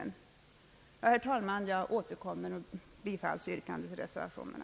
Herr talman! Jag återkommer med bifallsyrkande till reservationerna.